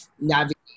navigate